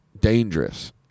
dangerous